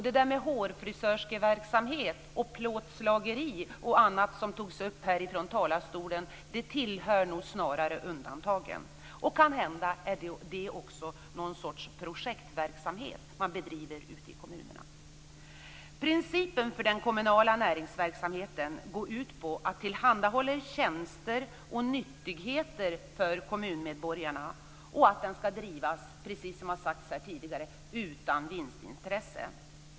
Detta med hårfrisörskeverksamhet, plåtslageri och annat som togs upp här i talarstolen tillhör nog snarare undantagen. Det kan också hända att det är någon sorts projektverksamhet som man bedriver ute i kommunerna. Principen för den kommunala näringsverksamheten går ut på att tillhandahålla tjänster och nyttigheter för kommunmedborgarna. Den skall också drivas utan vinstintresse, precis som har sagts här tidigare.